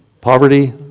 Poverty